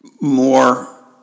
more